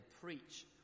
preach